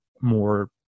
more